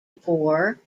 bore